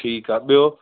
ठीकु आहे ॿियो